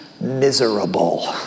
miserable